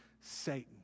Satan